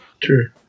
True